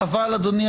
אדוני,